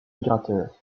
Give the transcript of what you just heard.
migrateur